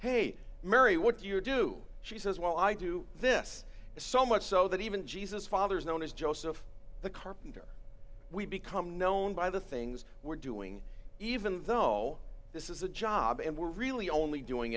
hey mary what do you do she says well i do this so much so that even jesus father is known as joseph the carpenter we become known by the things we're doing even though this is a job and we're really only doing